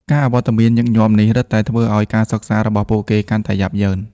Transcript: ការអវត្តមានញឹកញាប់នេះរឹតតែធ្វើឲ្យការសិក្សារបស់ពួកគេកាន់តែយ៉ាប់យ៉ឺន។